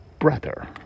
brother